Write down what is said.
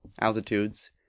altitudes